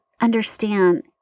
understand